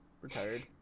Retired